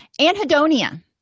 Anhedonia